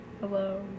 Hello